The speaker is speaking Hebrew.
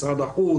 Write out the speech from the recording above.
את משרד החוץ,